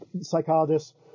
psychologists